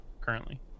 currently